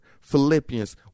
Philippians